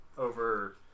Over